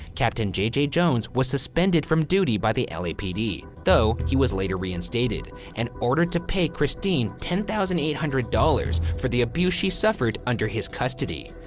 captain j j. jones was suspended from duty by the lapd. though, he was later reinstated and ordered to pay christine ten thousand eight hundred dollars for the abuse she suffered under his custody.